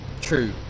True